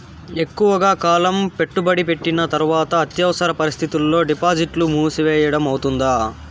ఎక్కువగా కాలం పెట్టుబడి పెట్టిన తర్వాత అత్యవసర పరిస్థితుల్లో డిపాజిట్లు మూసివేయడం అవుతుందా?